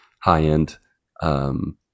high-end